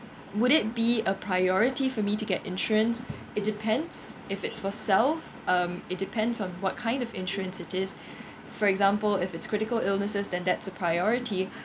would it be a priority for me to get insurance it depends if it's for self um it depends on what kind of insurance it is for example if it's critical illnesses than that's a priority